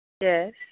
Yes